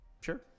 Sure